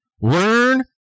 Learn